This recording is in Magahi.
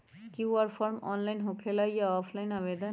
कियु.आर फॉर्म ऑनलाइन होकेला कि ऑफ़ लाइन आवेदन?